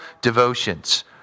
devotions